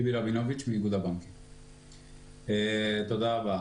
תודה רבה.